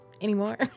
anymore